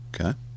Okay